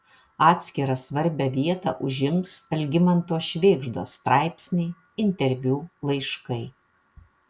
atskirą svarbią vietą užims algimanto švėgždos straipsniai interviu laiškai